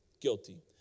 Guilty